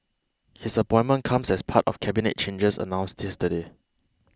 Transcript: his appointment comes as part of Cabinet changes announced yesterday